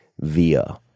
via